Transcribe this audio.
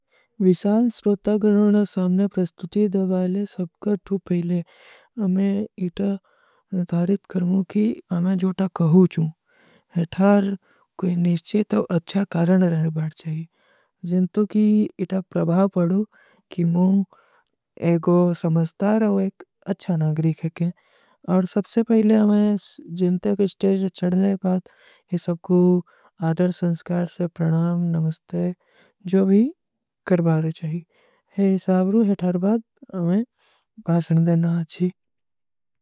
ଵିଶାଲ ସ୍ରୋତା ଗର୍ଣୋଂନେ ସାମନେ ପ୍ରସ୍ତୁତି ଦବାଈଲେ ସବକର୍ଥୂ ପହିଲେ ଅମେ ଇତା ନତାରିତ କରମୂ କୀ ଅମେ ଜୋ ତା କହୂଁ ଚୂଁ। ହେ ଥାର କୋଈ ନିଶ୍ଚେ ତୋ ଅଚ୍ଛା କାରଣ ରହେ ବାଡ ଚାହୀ। ଜିନ୍ତୋ କୀ ଇତା ପ୍ରଭାଵ ପଡୂ କୀ ମୂ ଏକୋ ସମସ୍ତା ରହୋ ଏକ ଅଚ୍ଛା ନାଗରୀଖେ କେ। ଔର ସବସେ ପହିଲେ ହମେଂ ଜିନତେ କୀ ସ୍ଟେଜ ଚଡନେ ପାଦ ହୀ ସବକୂ ଆଧର ସଂସକାର ସେ ପ୍ରଣାମ, ନମସ୍ତେ ଜୋ ଭୀ କରବାର ଚାହୀ। ହେ ସାବରୂ ହେ ଥରବାଦ ହମେଂ ବାସନ ଦେନା ଆଚୀ।